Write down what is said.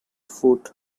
foot